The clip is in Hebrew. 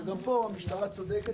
וגם פה המשטרה צודקת.